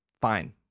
fine